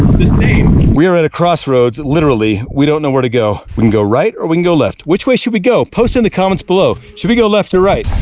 the same. we are at a crossroads literally. we don't know where to go. we can go, right or we can go left. which way should we go? post in the comments below? should we go left or right?